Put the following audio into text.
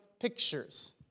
pictures